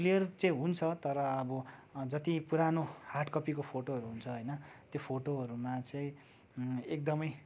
clear चाहिँ हुन्छ तर अब जति पुरानो हार्ड कपीको फोटोहरू हुन्छ होइन त्यो फोटोहरूमा चाहिँ एकदमै